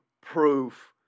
proof